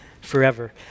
forever